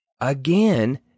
Again